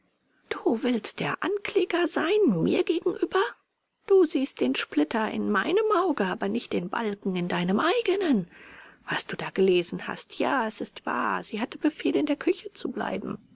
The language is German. du willst der ankläger sein mir gegenüber du siehst den splitter in meinem auge aber nicht den balken in deinem eigenen was du da gelesen hast ja es ist wahr sie hatte befehl in der küche zu bleiben